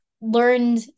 learned